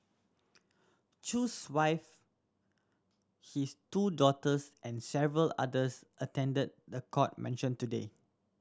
Chew's wife his two daughters and several others attended the court mention today